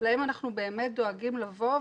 להם אנחנו באמת דואגים לבוא,